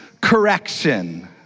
correction